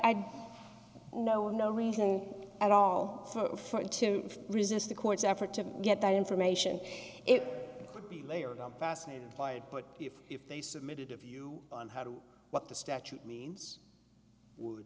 have no no reason at all for him to resist the court's effort to get that information it could be layered i'm fascinated by it but if if they submitted a view on how to what the statute means